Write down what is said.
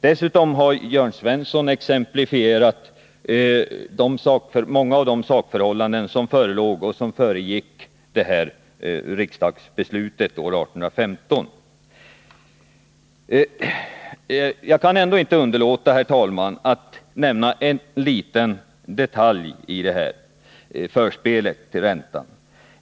Dessutom har Jörn Svensson exemplifierat många av de sakförhållanden som förelåg och som föregick detta riksdagsbeslut år 1815. Men jag kan ändå inte underlåta, herr talman, att nämna en liten detalj i förspelet till räntan.